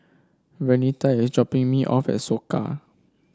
Vernita is dropping me off at Soka